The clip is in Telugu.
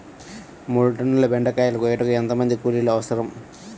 మూడు టన్నుల బెండకాయలు కోయుటకు ఎంత మంది కూలీలు అవసరం?